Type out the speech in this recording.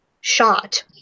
shot